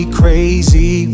crazy